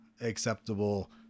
acceptable